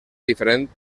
diferent